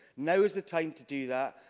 now is the time to do that.